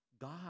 God